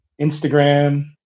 Instagram